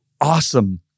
awesome